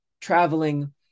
traveling